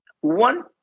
one